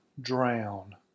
drown